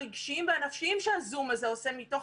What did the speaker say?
הרגשיים והנפשיים שהזום הזה עושה מתוך